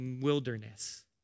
wilderness